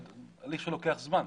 זה הליך שלוקח זמן.